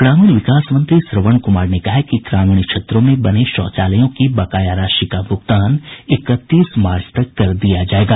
ग्रामीण विकास मंत्री श्रवण कुमार ने कहा है कि ग्रामीण क्षेत्रों में बने शौचालयों की बकाया राशि का भुगतान इकतीस मार्च तक कर दिया जायेगा